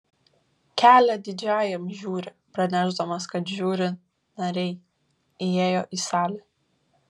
kelią didžiajam žiuri pranešdamas kad žiuri nariai įėjo į salę